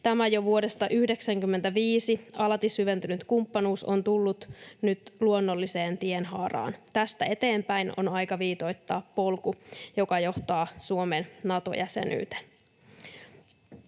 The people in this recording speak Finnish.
Tämä jo vuodesta 95 alati syventynyt kumppanuus on tullut nyt luonnolliseen tienhaaraan. Tästä eteenpäin on aika viitoittaa polku, joka johtaa Suomen Nato-jäsenyyteen.